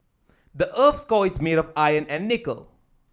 the earth's core is made of iron and nickel